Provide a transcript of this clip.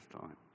time